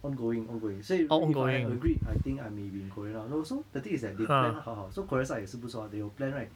ongoing ongoing so if if I had agreed I think I may be in korea now no so the thing is that they plan 好好 so korea side 也是不错 they will plan right